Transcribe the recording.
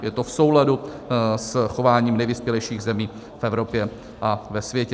Je to v souladu s chováním nejvyspělejších zemí v Evropě a ve světě.